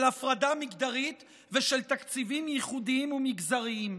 של הפרדה מגדרית ושל תקציבים ייחודיים ומגזריים.